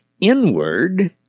inward